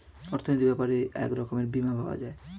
অর্থনৈতিক ব্যাপারে এক রকমের বীমা পাওয়া যায়